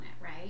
right